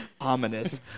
ominous